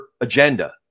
agenda